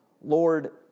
Lord